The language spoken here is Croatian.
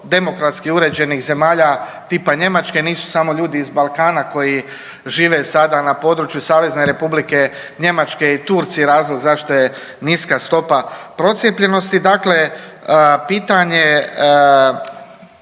demokratski uređenih zemalja, tipa Njemačke, nisu samo ljudi iz Balkana koji žive sada na području SR Njemačke i Turci razlog zašto je niska stopa procijepljenosti. Dakle, pitanje